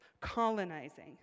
colonizing